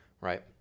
Right